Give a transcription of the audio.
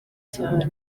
cyane